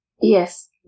Yes